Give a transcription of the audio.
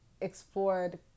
explored